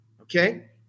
okay